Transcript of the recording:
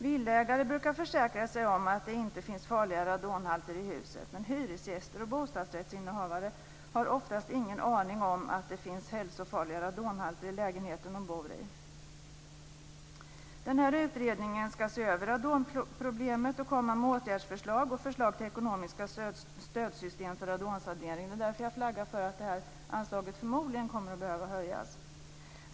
Villaägare brukar försäkra sig om att det inte finns farliga radonhalter i huset, men hyresgäster och bostadsrättsinnehavare har oftast ingen aning om att det finns hälsofarliga radonhalter i lägenheten de bor i. Den här utredningen ska se över radonproblemet och komma med åtgärdsförslag och förslag till ekonomiska stödsystem för radonsanering. Det är därför jag flaggar för att det här anslaget förmodligen kommer att behöva höjas.